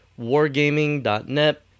wargaming.net